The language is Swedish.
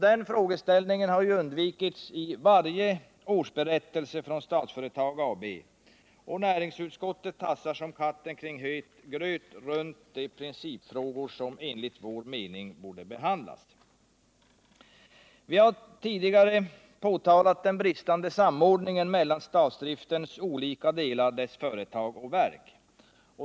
Den frågeställningen har undvikits i varje årsberättelse från Statsföretag AB och näringsutskottet tassar som katten kring het gröt runt de principfrågor som enligt vår mening borde behandlas. Vi har tidigare påtalat den bristande samordningen mellan statsdriftens olika delar, dess företag och verk.